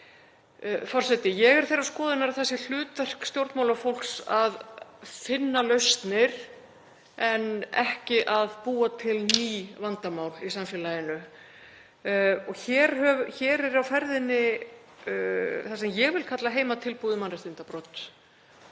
Forseti. Ég er þeirrar skoðunar að það sé hlutverk stjórnmálafólks að finna lausnir en ekki að búa til ný vandamál í samfélaginu. Hér er á ferðinni það sem ég vil kalla heimatilbúið mannréttindabrot.